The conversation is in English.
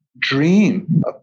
dream